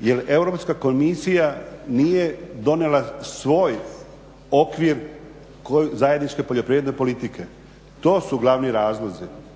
jer Europska komisija nije donijela svoj okvir zajedničke poljoprivredne politike. To su glavni razlozi.